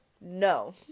No